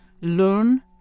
Learn